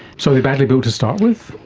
so are they badly built to start with?